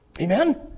Amen